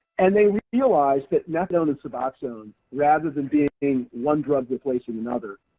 and they realize that methadone and suboxone, rather than being one drug replacing another,